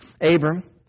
Abram